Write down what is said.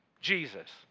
Jesus